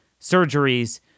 surgeries